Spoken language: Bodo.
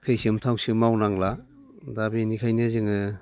थैसोम थामसोम मावनांला दा बेनिखायनो जोङो